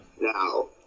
now